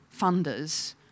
funders